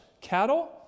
cattle